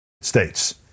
States